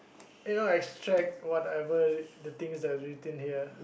you know extract whatever the things that was written here